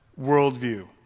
worldview